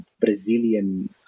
Brazilian